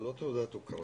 זו לא תעודת הוקרה.